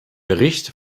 bericht